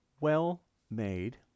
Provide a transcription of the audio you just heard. well-made